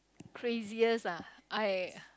crazier ah I